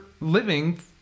living